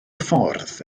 ffordd